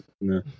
No